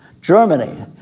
Germany